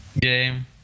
game